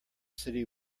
city